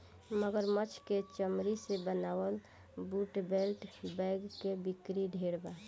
मगरमच्छ के चमरी से बनावल बूट, बेल्ट, बैग के बिक्री ढेरे बा